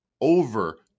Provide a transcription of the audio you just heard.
over